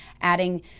adding